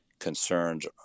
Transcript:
concerns